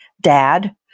dad